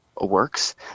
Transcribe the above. works